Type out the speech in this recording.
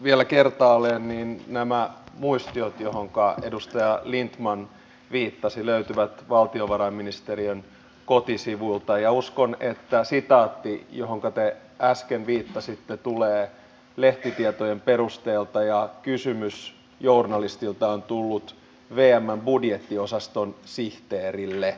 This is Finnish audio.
vielä kertaalleen nämä muistiot joihin edustaja lindtman viittasi löytyvät valtiovarainministeriön kotisivuilta ja uskon että sitaatti johonka te äsken viittasitte tulee lehtitietojen perusteella ja kysymys journalistilta on tullut vmn budjettiosaston sihteerille